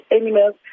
animals